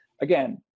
again